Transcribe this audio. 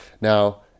Now